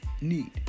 need